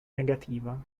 negativa